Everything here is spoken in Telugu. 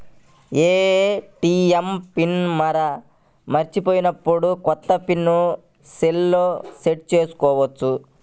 ఏ.టీ.ఎం పిన్ మరచిపోయినప్పుడు, కొత్త పిన్ సెల్లో సెట్ చేసుకోవచ్చా?